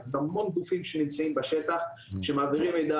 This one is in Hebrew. יש המון גופים שנמצאים בשטח שמעבירים מידע